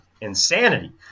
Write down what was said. Insanity